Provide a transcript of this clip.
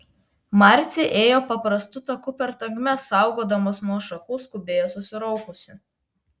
marcė ėjo paprastu taku per tankmes saugodamos nuo šakų skubėjo susiraukusi